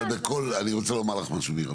אבל בכל, אני רוצה לומר לך משהו מירה.